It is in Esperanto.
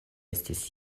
estis